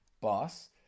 boss